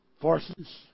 forces